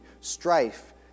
strife